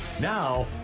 Now